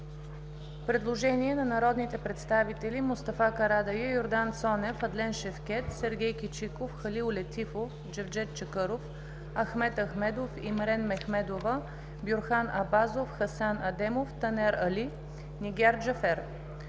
предложение на народния представител